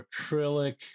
acrylic